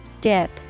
Dip